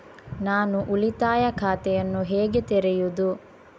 ನಾನು ಉಳಿತಾಯ ಖಾತೆಯನ್ನು ಹೇಗೆ ತೆರೆಯುದು?